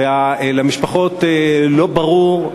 ולמשפחות לא ברור,